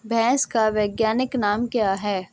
भैंस का वैज्ञानिक नाम क्या है?